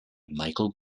michael